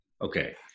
Okay